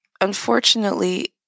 unfortunately